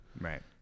Right